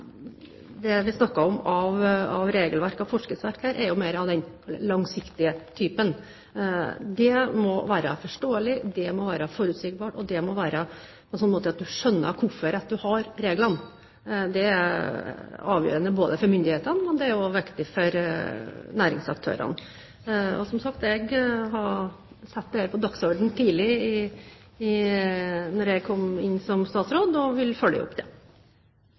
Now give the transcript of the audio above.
det vi snakker om av regelverk og forskriftsverk her, er jo mer av den langsiktige typen. Det må være forståelig, det må være forutsigbart, og det må være slik at man skjønner hvorfor man har reglene. Det er avgjørende for myndighetene, og det er også viktig for næringsaktørene. Og som sagt, jeg satte dette tidlig på dagsordenen da jeg kom inn som statsråd, og vil følge opp det.